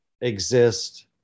exist